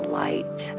light